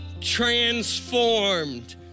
transformed